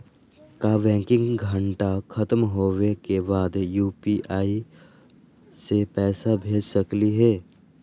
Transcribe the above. का बैंकिंग घंटा खत्म होवे के बाद भी यू.पी.आई से पैसा भेज सकली हे?